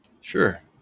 Sure